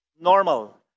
Normal